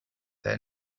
there